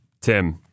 Tim